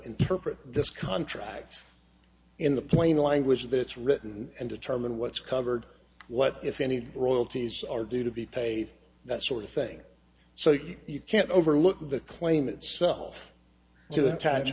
interpret this contract in the plain language that it's written and determine what's covered what if any royalties are due to be paid that sort of thing so you can't overlook the claim itself t